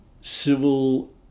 civil